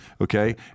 Okay